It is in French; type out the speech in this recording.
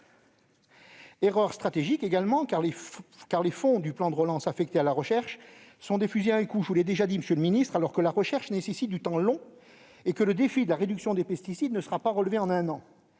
Erreur stratégique, car les fonds du plan de relance affectés à la recherche sont des fusils à un coup, je vous l'ai déjà dit, monsieur le ministre, alors que la recherche nécessite un temps long et que le défi de la réduction des pesticides ne sera pas relevé en un an.